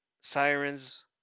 sirens